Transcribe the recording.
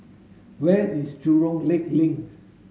where is Jurong Lake Link